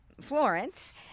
Florence